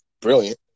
brilliant